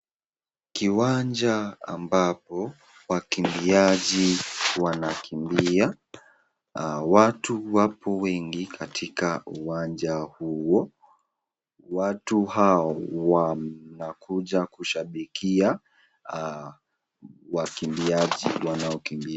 Kiwanja ambapo wakimbiaji wanakimbia, watu wapo wengi katika uwanja huo, watu hao wanakuja kushabikia wakimbiaji wanaokimbia.